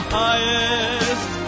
highest